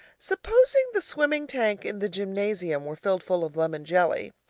supposing the swimming tank in the gymnasium were filled full of lemon jelly,